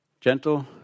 Gentle